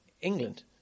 England